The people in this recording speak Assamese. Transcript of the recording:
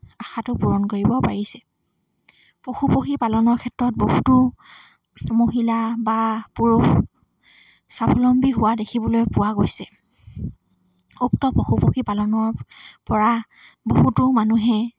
আশাটো পূৰণ কৰিব পাৰিছে পশু পক্ষী পালনৰ ক্ষেত্ৰত বহুতো মহিলা বা পুৰুষ স্বাৱলম্বী হোৱা দেখিবলৈ পোৱা গৈছে উক্ত পশু পক্ষী পালনৰ পৰা বহুতো মানুহে